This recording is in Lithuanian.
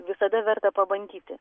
visada verta pabandyti